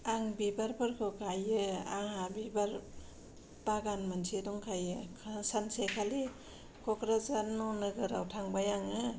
आं बिबारफोरखौ गायो आंहा मोनसे बिबार बागान मोनसे दंंखायो सानसेखालि क'क्राझार नौ नोगोराव थांबाय आङो